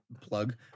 plug